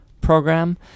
program